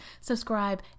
subscribe